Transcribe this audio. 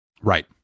right